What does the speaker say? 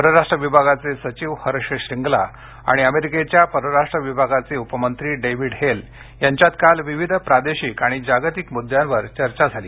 परराष्ट्र विभागाचे सचिव हर्ष श्रींगला आणि अमेरिकेच्या परराष्ट्र विभागाचे उपमंत्री डेविड हेल यांच्यात काल विविध प्रादेशिक आणि जागतिक मुद्द्यांवर चर्चा झाली